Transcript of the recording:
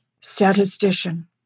statistician